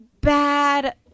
bad